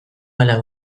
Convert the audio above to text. hala